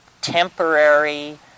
temporary